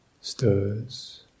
stirs